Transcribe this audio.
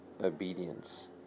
obedience